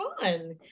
fun